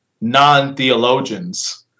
non-theologians